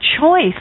choice